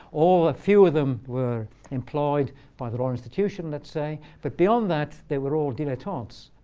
or a few of them were employed by the royal institution, let's say. but beyond that, they were all dilettantes.